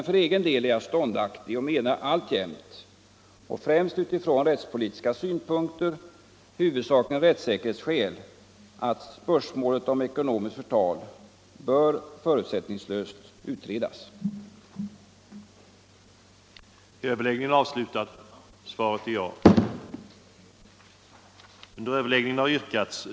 För egen del är jag ståndaktig och menar alltjämt — främst utifrån rättspolitiska synpunkter, huvudsakligen rättssäkerhetsskäl — att spörsmålet om ekonomiskt förtal förutsättningslöst bör utredas. miskt förtal